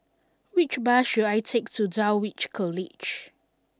which bus should I take to Dulwich College